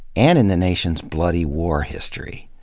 and in the nation's bloody war history.